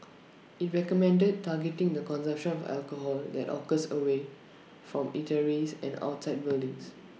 IT recommended targeting the consumption of alcohol that occurs away from eateries and outside buildings